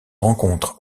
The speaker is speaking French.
rencontre